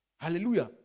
Hallelujah